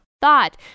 thought